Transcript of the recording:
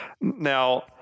Now